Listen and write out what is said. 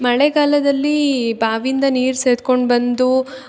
ಮಳೆಗಾಲದಲ್ಲೀ ಬಾವಿಯಿಂದ ನೀರು ಸೇದ್ಕೊಂಡು ಬಂದು